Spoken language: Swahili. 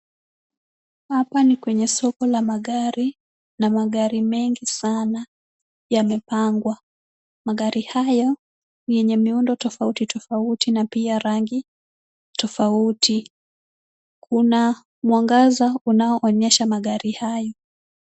Hapa ni kwenye soko la magari na magari mengi sana yamepangwa. Magari hayo ni yenye miundo tofauti tofauti na pia rangi tofauti. Kuna mwangaza unaoonyesha magari hayo.